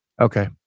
Okay